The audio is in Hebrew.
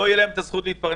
לא תהיה להם הזכות להתפרנס,